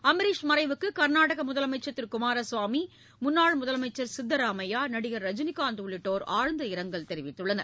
அம்பரீஷ் மறைவுக்கு கர்நாடக முதலமைச்சர் திரு குமாரசாமி முன்னாள் முதலமைச்சர் சித்தராமைய்யா நடிகர் ரஜினிகாந்த் உள்ளிட்டோர் ஆழ்ந்த இரங்கல் தெரிவித்துள்ளனர்